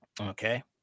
okay